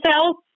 cells